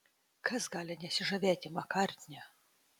kas gali nesižavėti makartniu